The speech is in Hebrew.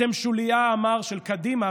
אתם שוליה, אמר, של קדימה.